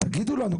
תגידו לנו,